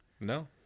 No